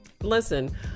Listen